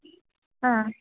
ಹಾಂ